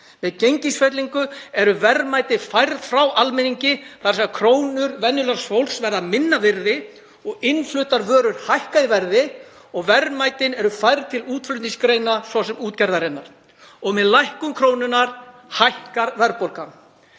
Með gengisfellingu eru verðmæti færð frá almenningi þar sem krónur venjulegs fólks verða minna virði, innfluttar vörur hækka í verði og verðmætin eru færð til útflutningsgreina, svo sem útgerðarinnar. Með lækkun krónunnar hækkar verðbólgan.